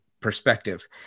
perspective